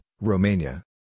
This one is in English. Romania